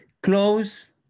close